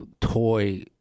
toy